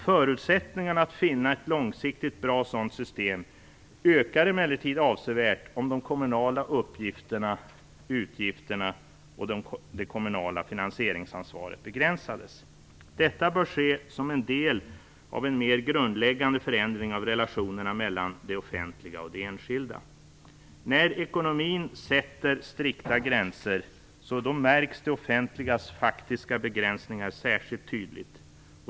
Förutsättningarna att finna ett långsiktigt bra sådant system ökar emellertid avsevärt om de kommunala uppgifterna/utgifterna och det kommunala finansieringsansvaret begränsas. Detta bör ske som en del av en mer grundläggande förändring av relationerna mellan det offentliga och det enskilda. När ekonomin sätter strikta gränser märks det offentligas faktiska begränsningar särskilt tydligt.